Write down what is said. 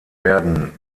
werden